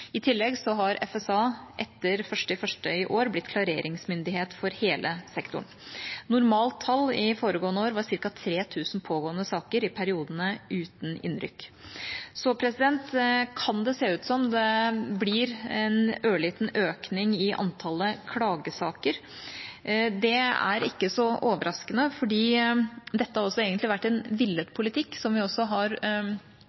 I tillegg har FSA etter 1. januar i år blitt klareringsmyndighet for hele sektoren. Normalt tall i foregående år var ca. 3 000 pågående saker i periodene uten innrykk. Det kan se ut som det blir en ørliten økning i antall klagesaker. Det er ikke så overraskende, for dette har egentlig vært en villet